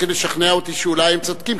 אבל אתה מתחיל לשכנע אותי שאולי הם צודקים.